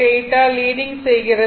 8o ஆல் leading செய்கிறது